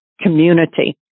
community